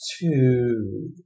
two